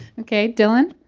okay, dylan.